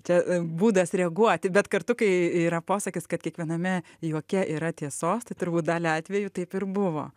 čia būdas reaguoti bet kartu kai yra posakis kad kiekviename juoke yra tiesos tai turbūt dalia atveju taip ir buvo